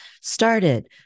started